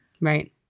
Right